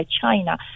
China